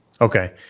Okay